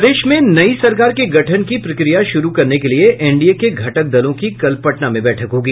प्रदेश में नई सरकार के गठन की प्रक्रिया शुरू करने के लिए एनडीए के घटक दलों की कल पटना में बैठक होगी